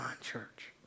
church